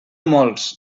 molts